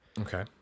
Okay